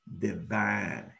divine